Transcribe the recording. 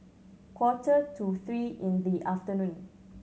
quarter to three in the afternoon